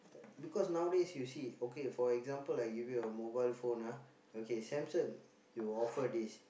because nowadays you see okay for example I give you a mobile phone ah okay Samsung you offer this